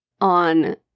on